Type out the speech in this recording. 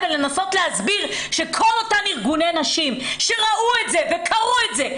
ולנסות להסביר שכל אותם ארגוני נשים שראו את זה וקראו את זה,